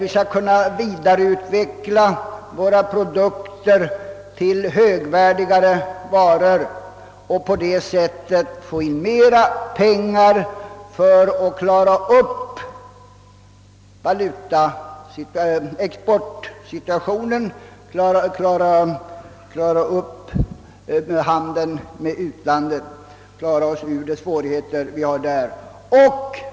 Vi måste kunna vidareutveckla våra produkter till högvärdigare varor, varigenom vi kan få in mera pengar för att kunna klara oss ur de svårigheter vi har i vår handel med utlandet.